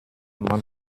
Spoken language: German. man